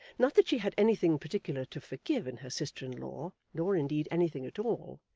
not that she had anything particular to forgive in her sister-in-law, nor indeed anything at all,